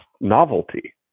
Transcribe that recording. novelty